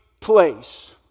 place